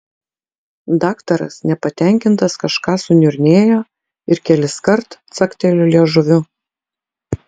daktaras nepatenkintas kažką suniurnėjo ir keliskart caktelėjo liežuviu